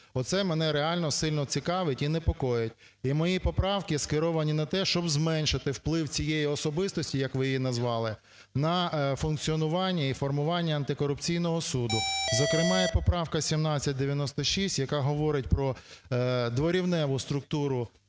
оце мене реально сильно цікавить і непокоїть. І мої поправки скеровані на те, щоб зменшити вплив цієї особистості, як ви її назвали, на функціонування і формування антикорупційного суду. Зокрема, і поправка 1796, яка говорить про дворівневу структуру